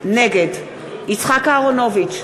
נגד יצחק אהרונוביץ,